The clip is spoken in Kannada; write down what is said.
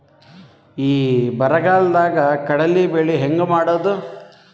ಈ ಬರಗಾಲದಾಗ ಕಡಲಿ ಬೆಳಿ ಹೆಂಗ ಮಾಡೊದು?